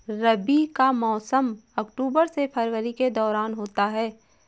रबी का मौसम अक्टूबर से फरवरी के दौरान होता है